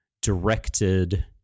directed